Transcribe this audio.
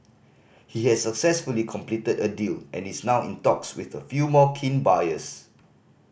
he has successfully completed a deal and is now in talks with a few more keen buyers